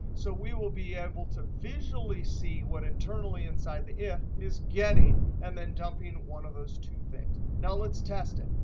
so we will be able to visually see what internally inside the if is getting and then dumping one of those two things. now, let's test it.